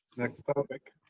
next topic.